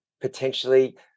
potentially